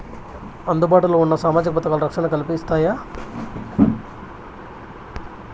అందుబాటు లో ఉన్న సామాజిక పథకాలు, రక్షణ కల్పిస్తాయా?